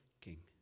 King